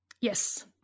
Yes